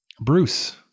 Bruce